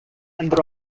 and